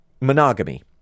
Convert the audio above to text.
monogamy